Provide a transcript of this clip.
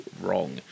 wrong